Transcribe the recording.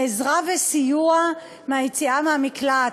לעזרה וסיוע ביציאה מהמקלט.